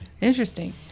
interesting